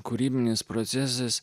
kūrybinis procesas